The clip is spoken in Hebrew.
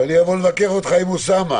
אני אבוא לבקר אותך עם אוסאמה.